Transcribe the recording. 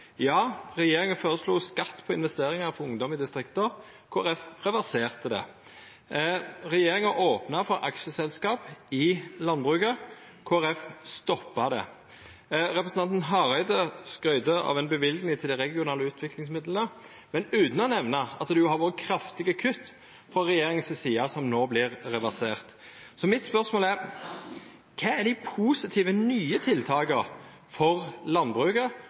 Ja, regjeringa føreslo skatt på investeringar for ungdom i distrikta. Kristeleg Folkeparti reverserte det. Regjeringa opna for aksjeselskap i landbruket. Kristeleg Folkeparti stoppa det. Representanten Hareide skrytte av ei løyving til dei regionale utviklingsmidlane, men utan å nemna at det har vore kraftige kutt frå regjeringa si side som no vert reverserte. Så mitt spørsmål er: Kva er dei positive, nye tiltaka for landbruket